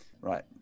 Right